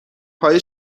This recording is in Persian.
های